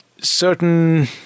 certain